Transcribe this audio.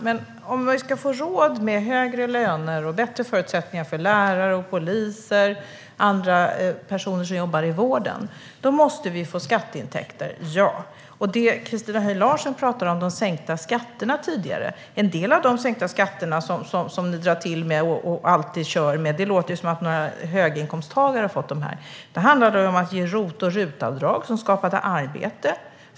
Herr talman! Men om vi ska ha råd med högre löner och bättre förutsättningar för lärare, poliser och personer som jobbar i vården måste vi få skatteintäkter - ja. Christina Höj Larsen pratade om de sänkta skatterna tidigare. Det låter som att det är några höginkomsttagare som har fått del av detta. Men en del handlade om att ge ROT och RUT-avdrag, som skapade arbete.